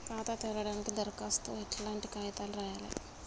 ఖాతా తెరవడానికి దరఖాస్తుకు ఎట్లాంటి కాయితాలు రాయాలే?